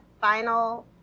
final